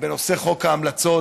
בנושא חוק ההמלצות,